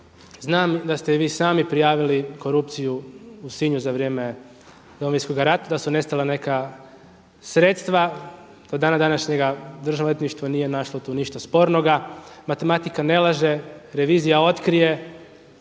znam da ste i vi sami prijavili korupciju u Sinju za vrijeme Domovinskoga rata, da su nestala neka sredstva. Do dana današnjega Državno odvjetništvo nije našlo tu ništa spornoga. Matematika ne laže. Revizija otkrije.